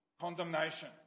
condemnation